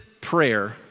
prayer